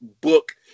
book